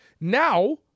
Now